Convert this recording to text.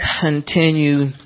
continue